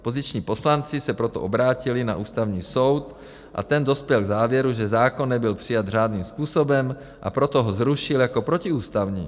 Opoziční poslanci se proto obrátili na Ústavní soud a ten dospěl k závěru, že zákon nebyl přijat řádným způsobem, a proto ho zrušil jako protiústavní.